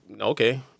okay